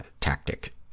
tactic